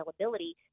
availability